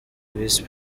visi